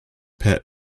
pet